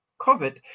COVID